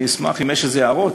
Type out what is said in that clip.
אני אשמח אם יש איזה הערות.